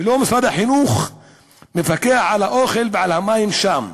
ולא משרד החינוך מפקחים על האוכל ועל המים שם.